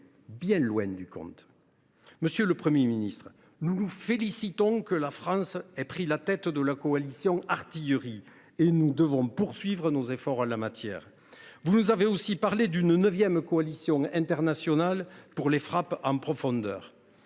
bien loin, du compte. Monsieur le Premier ministre, nous nous félicitons que la France ait pris la tête de la coalition artillerie et nous devons poursuivre nos efforts en la matière. Vous nous avez aussi parlé d’une neuvième coalition internationale pour les frappes en profondeur.